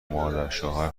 مادرشوهر